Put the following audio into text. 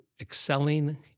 excelling